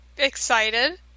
Excited